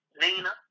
nina